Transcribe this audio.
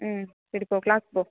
ம் சரி போ கிளாஸ்க்கு போ